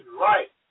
right